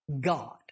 God